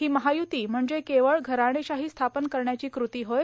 ही महायुती म्हणजे केवळ घराणेषाही स्थापन करण्याची कृती होय